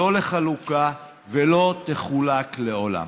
לא לחלוקה ולא תחולק לעולם.